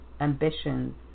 ambitions